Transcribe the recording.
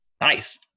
nice